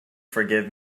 forgive